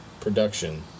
production